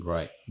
Right